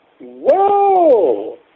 Whoa